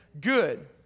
good